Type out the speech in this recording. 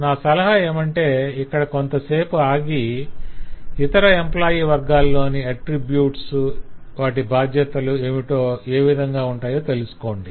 నా సలహా ఏమంటే ఇక్కడ కొంత సేపు ఆగి ఇతర ఎంప్లాయ్ వర్గాలలోని అట్రిబ్యూట్స్ వాటి బాధ్యతలు ఏమిటో ఏ విధంగా ఉంటాయో తెలుసుకోండి